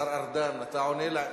השר ארדן, אתה עונה?